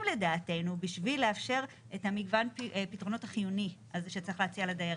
לדעתנו בשביל לאפשר את מגוון הפתרונות החיוני הזה שצריך להציע לדעתי.